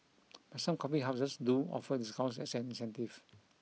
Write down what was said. but some coffee houses do offer discounts as an incentive